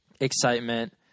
excitement